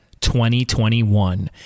2021